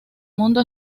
mundo